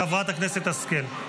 ואחריו, חברת הכנסת השכל.